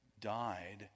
died